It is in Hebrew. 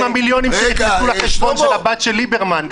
המיליונים שנכנסו לחשבון של הבת של ליברמן?